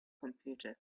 computer